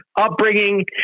upbringing